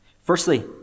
Firstly